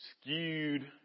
skewed